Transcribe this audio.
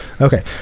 Okay